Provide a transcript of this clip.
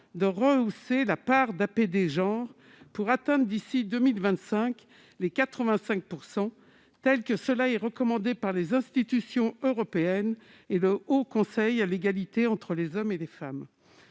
de rehausser la part d'APD « genre » pour atteindre 85 %, d'ici à 2025, ainsi que cela est recommandé par les institutions européennes et le Haut Conseil à l'égalité entre les femmes et les hommes.